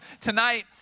Tonight